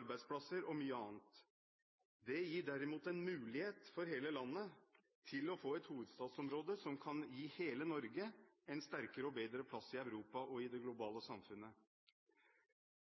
arbeidsplasser og mye annet – det gir derimot en mulighet for hele landet til å få et hovedstadsområde som kan gi hele Norge en sterkere og bedre plass i Europa og i det globale samfunnet.